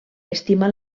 estima